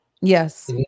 Yes